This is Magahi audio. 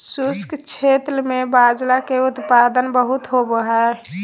शुष्क क्षेत्र में बाजरा के उत्पादन बहुत होवो हय